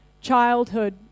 childhood